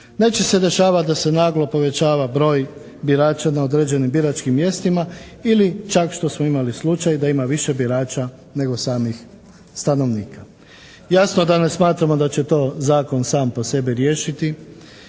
Neće se dešavati da se naglo povećava broj birača na određenim biračkim mjestima ili čak što smo imali slučaj da ima više birača nego samih stanovnika. Jasno da ne smatramo da će to zakon sam po sebi riješiti